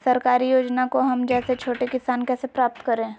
सरकारी योजना को हम जैसे छोटे किसान कैसे प्राप्त करें?